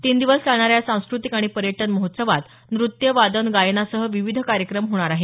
तीन दिवस चालणाऱ्या या सांस्कृतिक आणि पर्यटन महोत्सवात नृत्य वादन गायन यासह विविध कार्यक्रम होणार आहेत